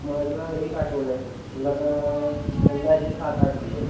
माझं एक आठवड्याचं लगं अंदाजे सात आठ दिवस